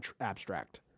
abstract